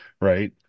Right